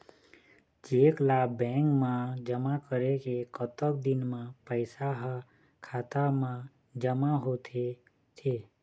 Cheque ला bank मा जमा करे के कतक दिन मा पैसा हा खाता मा जमा होथे थे?